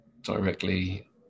directly